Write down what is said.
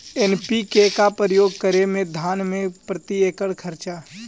NPK का प्रयोग करे मे धान मे प्रती एकड़ खर्चा?